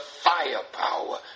firepower